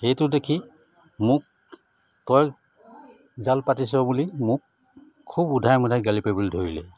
সেইটো দেখি মোক তই জাল পাতিছ' বুলি মোক খুব উধাই মুধাই গালি পাৰিবলৈ ধৰিলে